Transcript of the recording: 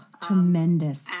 tremendous